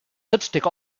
lipstick